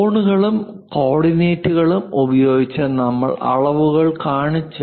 കോണുകളും കോർഡിനേറ്റുകളും ഉപയോഗിച്ച് നമ്മൾ അളവുകൾ കാണിച്ചു